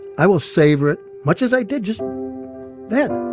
i will savor it much as i did just then